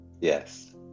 Yes